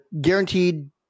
guaranteed